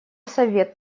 совет